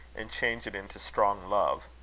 and change it into strong love.